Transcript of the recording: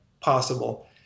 possible